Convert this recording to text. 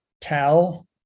tell